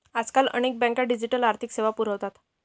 आजकाल अनेक बँका डिजिटल आर्थिक सेवा पुरवतात